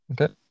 Okay